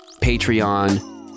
Patreon